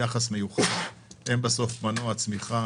יחס מיוחד כי הם בסוף מנוע הצמיחה.